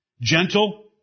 Gentle